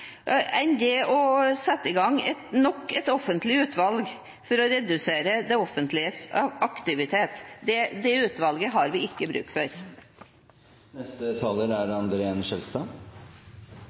enn å sette i gang nok et offentlig utvalg for å redusere det offentliges aktivitet. Det utvalget har vi ikke bruk for.